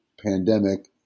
pandemic